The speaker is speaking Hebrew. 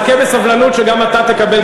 חכה בסבלנות עד שגם אתה תקבל.